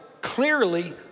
clearly